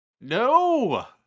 No